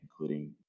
including